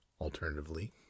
Alternatively